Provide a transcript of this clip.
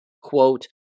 Quote